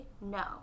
No